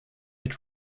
mit